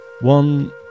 One